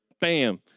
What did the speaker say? Bam